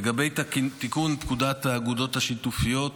לגבי תיקון פקודת האגודות השיתופיות,